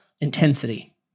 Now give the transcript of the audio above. intensity